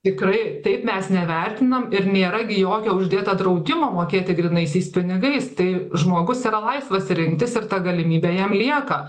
tikrai taip mes nevertinam ir nėra gi jokio uždėta draudimo mokėti grynaisiais pinigais tai žmogus yra laisvas rinktis ir ta galimybė jam lieka